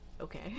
okay